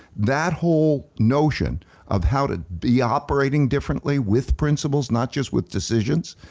that whole notion of how to be operating differently with principles, not just with decisions,